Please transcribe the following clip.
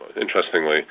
interestingly